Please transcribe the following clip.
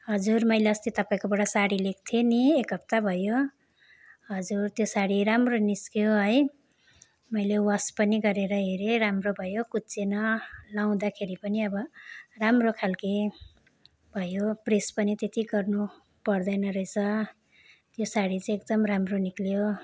हजुर मैले अस्ति तपाईँकोबाट साडी लिएको थिएँ नि एक हप्ता भयो हजुर त्यो साडी राम्रो निस्क्यो है मैले वास पनि गरेर हेरेँ राम्रो भयो कुच्चिएन लगाउँदाखेरि पनि अब राम्रो खालके भयो प्रेस पनि त्यति गर्नु पर्दैन रहेछ त्यो साडी चाहिँ एकदम राम्रो निक्ल्यो